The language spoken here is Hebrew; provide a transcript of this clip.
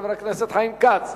חבר הכנסת חיים כץ.